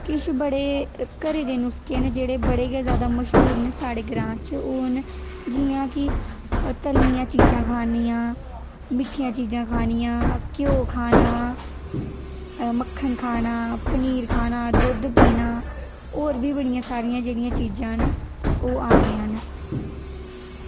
किश बड़े घरै दे नुस्के न जेह्ड़े जादा मशूर न साढ़ै ग्रां च ओह् न जियां की तली दियां चीजां खानिया मिट्ठियां चीजां खानियां घ्यो खाना मक्खन खाना पनीर खाना दूध पीना होर बी बड़ियां सारियां जेह्दियां चीजां न ओह् आंदियां न